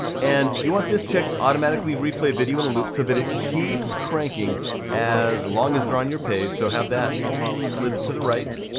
and you want this checked, automatically replay video in a loop, so that it keeps cranking as long as they're on your page, so have that slid to the right.